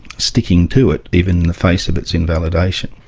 sticking to it even in the face of its invalidation.